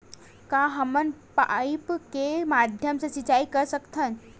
का हमन पाइप के माध्यम से सिंचाई कर सकथन?